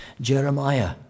Jeremiah